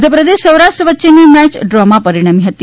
મધ્યપ્રદેશ સૌરાષ્ટ્ર્ય વચ્ચેની match draw માં પરિણમી હતી